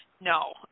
No